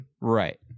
Right